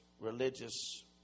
religious